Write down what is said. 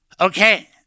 Okay